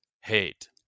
hate